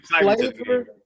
flavor